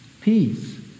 Peace